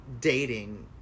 dating